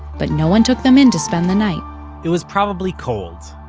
but no one took them in to spend the night it was probably cold.